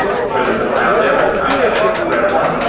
i'm sure there's one out there, but i haven't read one.